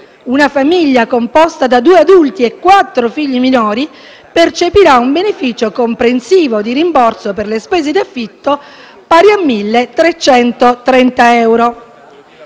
una famiglia composta da due adulti e quattro figli minori percepirà un beneficio comprensivo di rimborso per le spese di affitto pari a 1.330 euro.